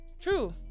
True